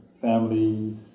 families